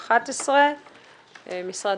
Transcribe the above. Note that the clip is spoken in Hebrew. סעיף 11. משרד